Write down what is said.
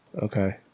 Okay